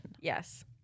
Yes